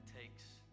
takes